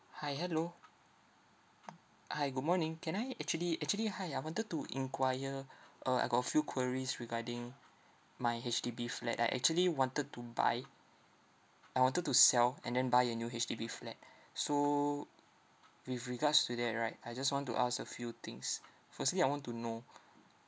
hi hello hi good morning can I actually actually hi I wanted to enquire uh I got a few queries regarding my H_D_B flat I actually wanted to buy I wanted to sell and then buy a new H_D_B flat so with regards to that right I just want to ask a few things firstly I want to know